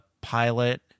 pilot